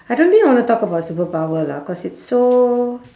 I don't think I want to talk about superpower lah cause it's so